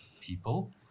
people